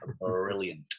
brilliant